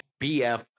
BF